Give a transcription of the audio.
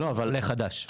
עולה חדש.